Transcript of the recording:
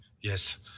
Yes